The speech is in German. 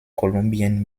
kolumbien